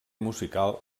musical